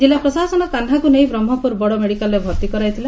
ଜିଲ୍ଲା ପ୍ରଶାସନ କାହ୍ମାକୁ ନେଇ ବ୍ରହ୍କପୁର ବଡ଼ ମେଡିକାଲ୍ରେ ଭର୍ତି କରାଇଥିଲା